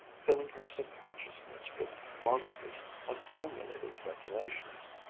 filling her subconsciousness with monstrous, unformulated speculations.